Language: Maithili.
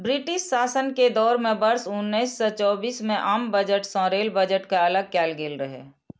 ब्रिटिश शासन के दौर मे वर्ष उन्नैस सय चौबीस मे आम बजट सं रेल बजट कें अलग कैल गेल रहै